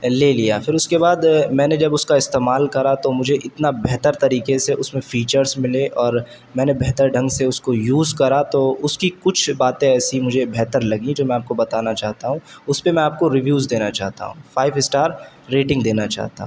لے لیا پھر اس کے بعد میں نے جب اس کا استعمال کرا تو مجھے اتنا بہتر طریقے سے اس میں فیچرس ملے اور میں نے بہتر ڈھنگ سے اس کو یوز کرا تو اس کی کچھ باتیں ایسی مجھے بہتر لگیں جو میں آپ کو بتانا چاہتا ہوں اس پہ میں آپ کو ریویوز دینا چاہتا ہوں فائیو اسٹار ریٹنگ دینا چاہتا ہوں